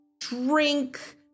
drink